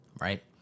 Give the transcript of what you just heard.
right